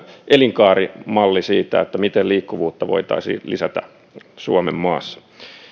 elinkaarimalli siitä miten liikkuvuutta voitaisiin lisätä suomenmaassa